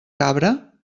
cabra